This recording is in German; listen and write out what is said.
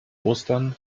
ostern